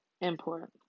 import